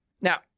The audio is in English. Now